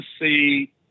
see